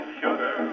sugar